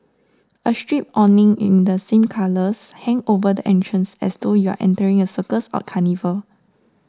a striped awning in the same colours hang over the entrance as though you are entering a circus or carnival